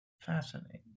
Fascinating